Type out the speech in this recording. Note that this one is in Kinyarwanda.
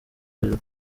hejuru